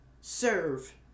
serve